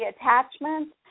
attachments